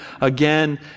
again